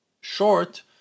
short